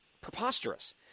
preposterous